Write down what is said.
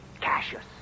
Cassius